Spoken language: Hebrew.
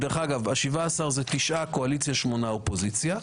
דרך אגב, ה-17 זה תשעה קואליציה, שמונה אופוזיציה.